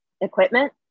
equipment